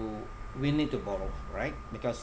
we need to borrow right because